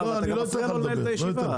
ואתה גם מפריע לו לנהל את הישיבה.